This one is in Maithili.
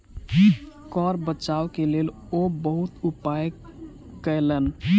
कर बचाव के लेल ओ बहुत उपाय कयलैन